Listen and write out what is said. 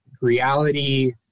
reality